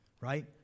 Right